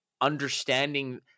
understanding